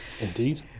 Indeed